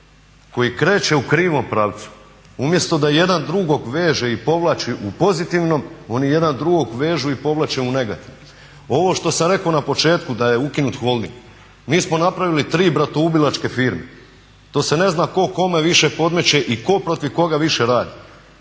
koji kreće u krivom pravcu. Umjesto da jedan drugog veže i povlači u pozitivnom, oni jedan drugog vežu i povlače u negativnom. Ovo što sam rekao na početku da je ukinut holding, mi smo napravili tri bratoubilačke firme, to se ne zna tko kome više podmeće i tko protiv koga više radi.